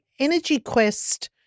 EnergyQuest